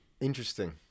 Interesting